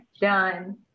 done